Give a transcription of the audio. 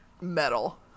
metal